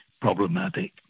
problematic